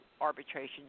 arbitration